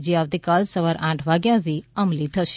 જે આવતીકાલે સવારે આઠ વાગ્યાથી અમલી થશે